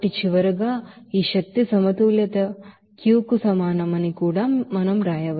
కాబట్టి చివరగా ఈ ఎనర్జీ బాలన్స్క్యూకు సమానమని మనం వ్రాయవచ్చు